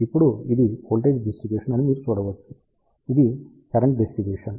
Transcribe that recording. ఇప్పుడు ఇది voltage distribution అని మీరు చూడవచ్చు ఇది కరెంట్ డిస్ట్రీబ్యూషన్